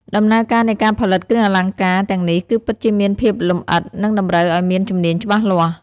ដំណើរការនៃការផលិតគ្រឿងអលង្ការទាំងនេះគឺពិតជាមានភាពលម្អិត និងតម្រូវឱ្យមានជំនាញច្បាស់លាស់។